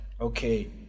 okay